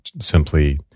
simply